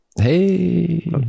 Hey